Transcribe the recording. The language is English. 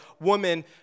woman